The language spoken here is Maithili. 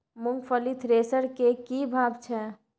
मूंगफली थ्रेसर के की भाव छै?